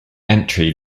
entry